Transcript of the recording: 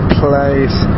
place